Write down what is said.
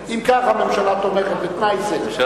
אם כך, הממשלה תומכת בתנאי זה.